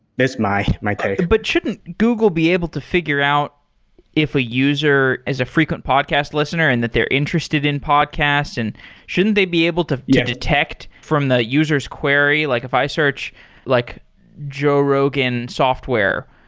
that's my my take but shouldn't google be able to figure out if a user is a frequent podcast listener and that they're interested in podcasts and shouldn't they be able to detect from the user s query. like if i search like joe rogan software,